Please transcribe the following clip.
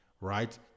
right